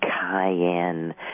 cayenne